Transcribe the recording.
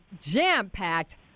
jam-packed